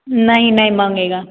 नहीं नहीं माँगेगा